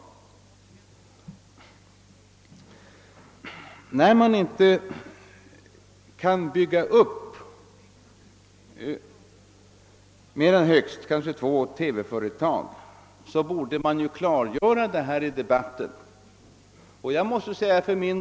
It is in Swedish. När man inte kan bygga upp mer än högst två TV-företag borde detta klargöras i debatten.